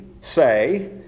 say